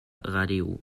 radio